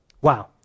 Wow